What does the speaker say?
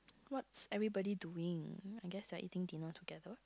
what's everybody doing I guess like eating dinner together